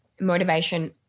motivation